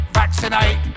vaccinate